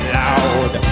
loud